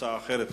הצעה אחרת,